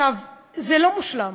זה לא מושלם,